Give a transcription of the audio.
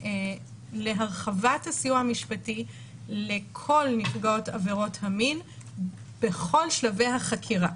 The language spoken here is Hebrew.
להרחבת הסיוע המשפטי לכל נפגעות עבירות המין בכל שלבי החקירה.